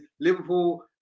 Liverpool